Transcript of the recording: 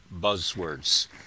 buzzwords